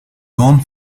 grande